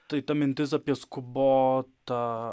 tai ta mintis apie skubotą